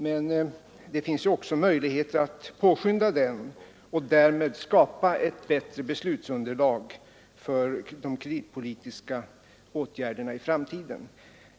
Men det finns möjlighet att påskynda den och därmed skapa ett bättre beslutsunderlag för de kreditpolitiska åtgärderna i framtiden.